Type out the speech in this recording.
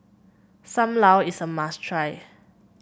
Sam Lau is a must try